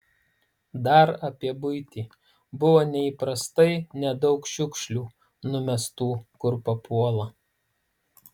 dar apie buitį buvo neįprastai nedaug šiukšlių numestų kur papuola